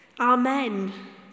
Amen